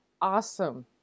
awesome